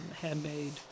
handmade